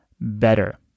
better